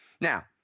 Now